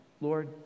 Lord